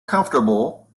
comfortable